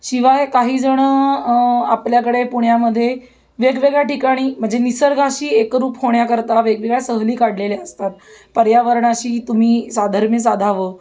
शिवाय काहीजणं आपल्याकडे पुण्यामध्ये वेगवेगळ्या ठिकाणी म्हणजे निसर्गाशी एकरूप होण्याकरता वेगवेगळ्या सहली काढलेल्या असतात पर्यावरणाशी तुम्ही साधर्म्य साधावं